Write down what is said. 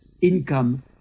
income